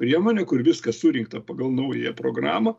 priemonė kur viskas surinkta pagal naująją programą